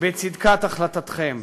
בצדקת החלטתכם.